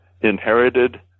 inherited